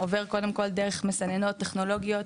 עובר קודם כל דרך מסננות טכנולוגיות,